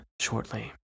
shortly